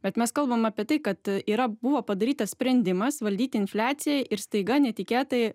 bet mes kalbam apie tai kad yra buvo padarytas sprendimas valdyt infliaciją ir staiga netikėtai